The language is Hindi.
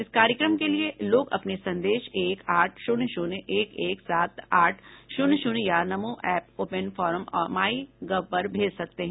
इस कार्यक्रम के लिए लोग अपने संदेश एक आठ शून्य शून्य एक एक सात आठ शून्य शून्य या नमो एप ओपन फोरम और माई गव पर भेज सकते हैं